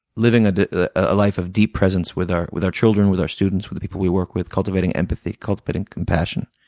living ah a ah life of deep presence with our with our children, with our students, with the people we work with cultivating empathy, cultivating compassion.